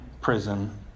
prison